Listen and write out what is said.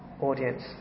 audience